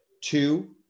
Two